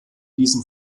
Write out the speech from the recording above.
diesen